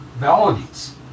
melodies